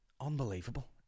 Unbelievable